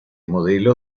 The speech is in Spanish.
modelo